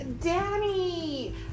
Danny